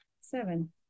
Seven